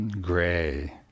gray